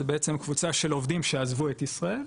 זה בעצם קבוצה של עובדים שעזבו את ישראל,